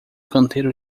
canteiro